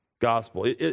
Gospel